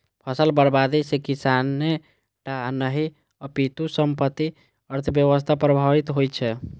फसल बर्बादी सं किसाने टा नहि, अपितु संपूर्ण अर्थव्यवस्था प्रभावित होइ छै